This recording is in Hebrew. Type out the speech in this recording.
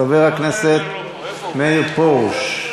חבר הכנסת מאיר פרוש,